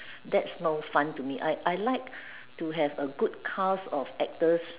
that's no fun to me I I like to have a good cast of actors